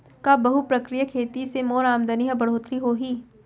का बहुप्रकारिय खेती से मोर आमदनी म बढ़होत्तरी होही?